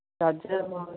ରଜ ମଉଜ